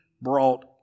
brought